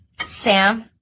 Sam